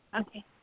Okay